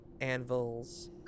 anvils